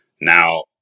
Now